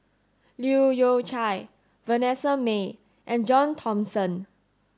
Leu Yew Chye Vanessa Mae and John Thomson